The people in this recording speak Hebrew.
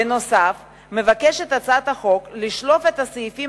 בנוסף מבקשת הצעת החוק לשלוף את הסעיפים